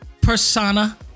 persona